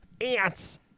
Ants